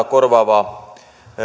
korvaavaa